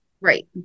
Right